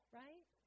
right